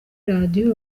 radiyo